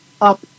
up